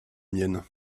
mienne